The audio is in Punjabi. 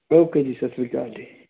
ਓਕੇ ਜੀ ਸਤਿ ਸ਼੍ਰੀ ਅਕਾਲ ਜੀ